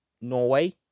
Norway